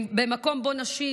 במקום שבו נשים,